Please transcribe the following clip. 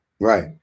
Right